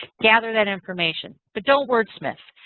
gather that information. but don't wordsmith.